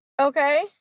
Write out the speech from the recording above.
Okay